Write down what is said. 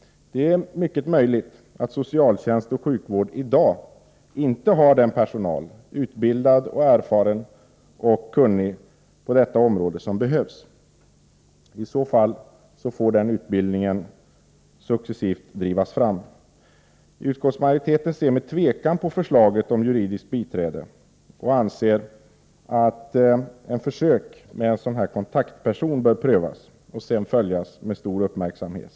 Det är mycket möjligt att socialtjänst och sjukvård i dag inte har den personal — utbildad, erfaren och kunnig på detta område — som behövs. I så fall får en sådan utbildning successivt drivas fram. Utskottsmajoriteten ser med tvekan på förslaget om juridiskt biträde och anser att försök med en kontaktperson först bör genomföras och följas med stor uppmärksamhet.